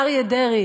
אריה דרעי,